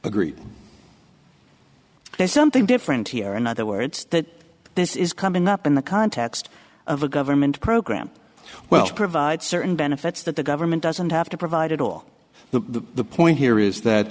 agree there's something different here in other words that this is coming up in the context of a government program well to provide certain benefits that the government doesn't have to provide it all the the point here is that